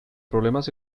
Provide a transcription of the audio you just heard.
problemas